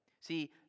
See